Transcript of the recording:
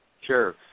Sure